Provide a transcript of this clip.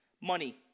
money